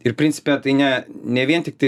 ir principe tai ne ne vien tiktai